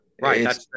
Right